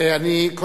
אני,